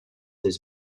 his